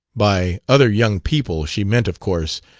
by other young people she meant, of course,